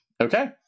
Okay